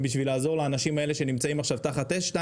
בשביל לעזור לאנשים האלה שנמצאים עכשיו תחת אש.